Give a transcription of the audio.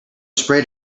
sprayed